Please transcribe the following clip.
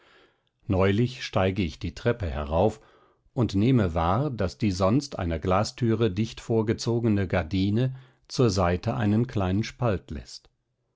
neulich steige ich die treppe herauf und nehme wahr daß die sonst einer glastüre dicht vorgezogene gardine zur seite einen kleinen spalt läßt